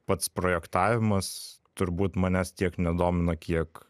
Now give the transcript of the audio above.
pats projektavimas turbūt manęs tiek nedomina kiek